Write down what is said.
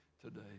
today